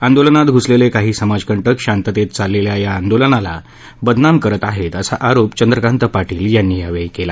आंदोलनात घुसलेले काही समाजकंटक शांततेत चाललेल्या या आंदोलनाला बदनाम करत आहेत असा आरोप चंद्रकांत पाटील यांनी यावेळी केला